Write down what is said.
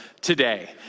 today